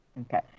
Okay